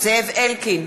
זאב אלקין,